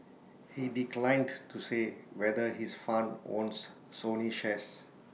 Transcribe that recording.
he declined to say whether his fund owns Sony shares